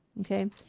Okay